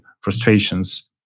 frustrations